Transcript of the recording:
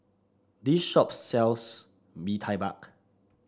this shop sells Bee Tai Mak